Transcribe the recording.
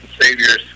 Saviors